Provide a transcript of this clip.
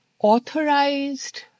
authorized